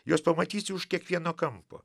juos pamatysi už kiekvieno kampo